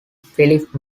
philip